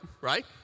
right